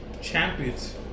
Champions